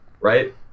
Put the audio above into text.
Right